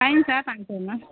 पाइन्छ पाँच सौमा